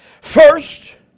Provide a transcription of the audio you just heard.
First